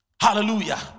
Hallelujah